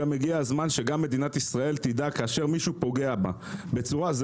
הגיע הזמן שגם מדינת ישראל תדע שכאשר מישהו פוגע בה בצורה כזו,